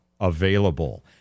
available